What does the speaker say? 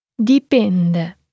Dipende